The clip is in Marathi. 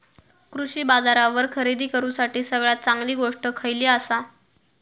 कृषी बाजारावर खरेदी करूसाठी सगळ्यात चांगली गोष्ट खैयली आसा?